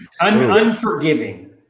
Unforgiving